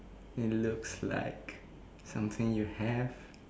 it looks like something you have